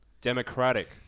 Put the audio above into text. democratic